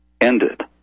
ended